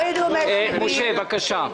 משה, המנכ"ל, בבקשה.